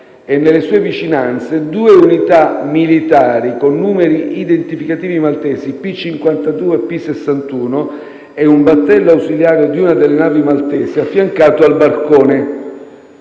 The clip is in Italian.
e nelle sue vicinanze due unità militari con numeri identificativi maltesi P52 e P61, nonché un battello ausiliario di una delle navi maltesi affiancato al barcone.